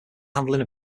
handling